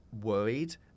worried